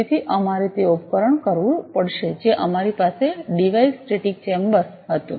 તેથી અમારે તે ઉપકરણ કરવું પડશે જે અમારી પાસે ડિવાઇસ સ્ટેટિક ચેમ્બર હતું